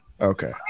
okay